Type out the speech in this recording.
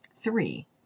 Three